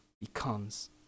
becomes